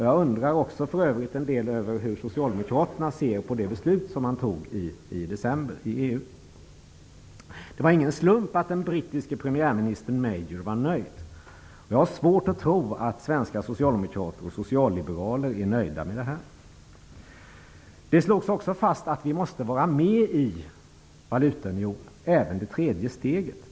Jag har för övrigt också en del undringar om hur Socialdemokraterna ser på det beslut som fattades i december i EU. Det var ingen slump att den brittiske premiärministern John Mayor var nöjd. Jag har svårt att tro att svenska socialdemokrater och socialliberaler är nöjda med det här. Det slogs också fast att vi måste vara med i valutaunionen -- även när det gäller det tredje steget.